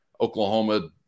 Oklahoma